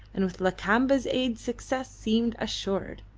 and with lakamba's aid success seemed assured.